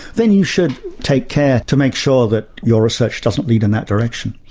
then you should take care to make sure that your research doesn't lead in that direction.